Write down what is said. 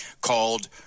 called